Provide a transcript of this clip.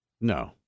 No